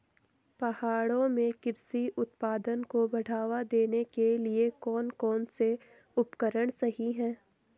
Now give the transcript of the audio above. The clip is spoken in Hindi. पहाड़ों में कृषि उत्पादन को बढ़ावा देने के लिए कौन कौन से उपकरण सही हैं?